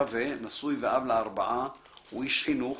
רווה, נשוי ואב לארבעה, הוא איש חינוך.